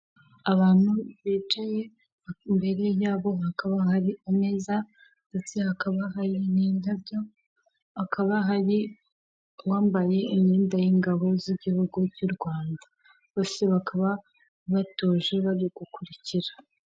Abantu bicyaye imbere yabo hakaba hari ameza, ndetse hakaba hari indabyo, hakaba hari uwambaye imyenda y'ingabo z'igihugu cy'u Rwanda, bose bakaba batuje bari gukurikira.